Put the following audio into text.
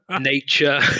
nature